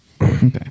Okay